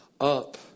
up